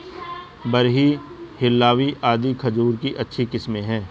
Barhi, Hillawi आदि खजूर की अच्छी किस्मे हैं